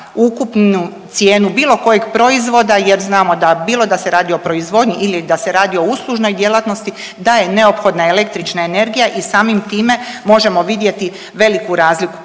ukupnu cijenu bilo kojeg proizvoda, jer znamo da bilo da se radi o proizvodnji ili da se radi o uslužnoj djelatnosti, da je neophodna električna energija i samim time možemo vidjeti veliku razliku.